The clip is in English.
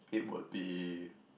it would be